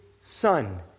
Son